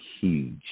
huge